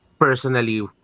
Personally